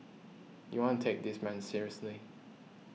you wanna take this man seriously